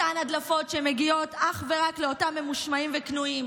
אותן הדלפות שמגיעות אך ורק לאותם ממושמעים וכנועים,